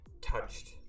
touched